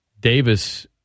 Davis